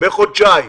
זה בחודשיים.